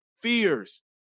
fears